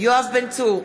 יואב בן צור,